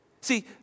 See